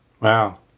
Wow